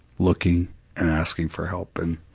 looking, and asking for help, and